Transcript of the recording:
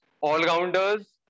all-rounders